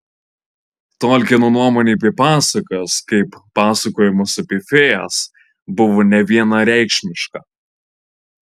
tolkieno nuomonė apie pasakas kaip pasakojimus apie fėjas buvo nevienareikšmiška